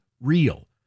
Real